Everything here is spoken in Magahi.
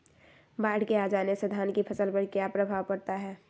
बाढ़ के आ जाने से धान की फसल पर किया प्रभाव पड़ता है?